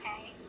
okay